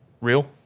Real